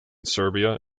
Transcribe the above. serbia